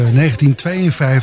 1952